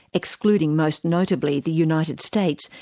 excluding most notably the united states,